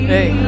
Hey